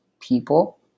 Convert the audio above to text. people